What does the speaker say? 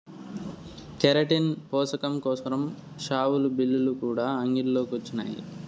keratin పోసకం కోసరం షావులు, బిల్లులు కూడా అంగిల్లో కొచ్చినాయి